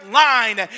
line